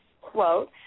quote